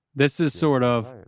this is sort of,